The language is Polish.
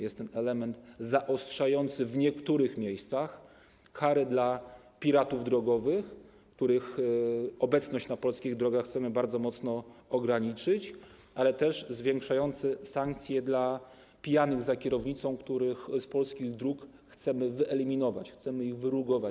Jest to element zaostrzający w niektórych miejscach kary dla piratów drogowych, których obecność na polskich drogach chcemy bardzo mocno ograniczyć, ale też zwiększający sankcje dla pijanych za kierownicą, których z polskich dróg chcemy wyeliminować, chcemy wyrugować.